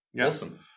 awesome